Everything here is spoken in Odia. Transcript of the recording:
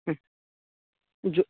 ଯେଉଁ